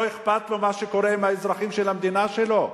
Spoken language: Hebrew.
לא אכפת לו מה קורה עם האזרחים של המדינה שלו?